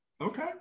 Okay